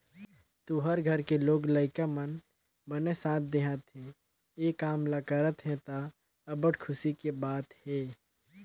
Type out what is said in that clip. तुँहर घर के लोग लइका मन बने साथ देहत हे, ए काम ल करत हे त, अब्बड़ खुसी के बात हे